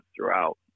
throughout